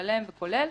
שלם וכולל.